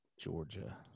Georgia